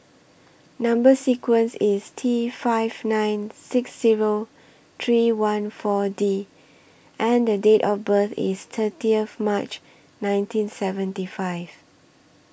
Number sequence IS T five nine six Zero three one four D and The Date of birth IS thirtieth March nineteen seventy five